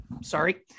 sorry